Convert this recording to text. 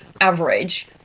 average